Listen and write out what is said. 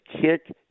kick